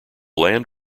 land